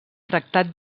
tractat